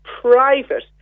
private